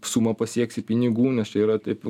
sumą pasieksi pinigų nes čia yra taip